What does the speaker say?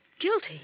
Guilty